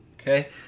okay